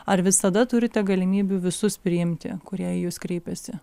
ar visada turite galimybių visus priimti kurie į jus kreipiasi